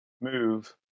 Move